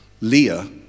Leah